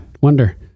Wonder